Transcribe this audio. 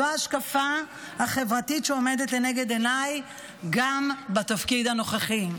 זו ההשקפה החברתית שעומדת לנגד עיניי גם בתפקיד הנוכחי.